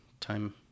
Time